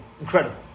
Incredible